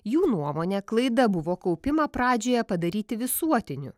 jų nuomone klaida buvo kaupimą pradžioje padaryti visuotiniu